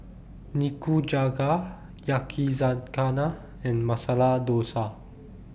Nikujaga Yakizakana and Masala Dosa